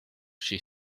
she